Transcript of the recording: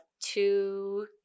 two